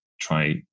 try